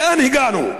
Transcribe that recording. לאן הגענו?